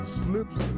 slips